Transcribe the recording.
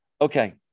Okay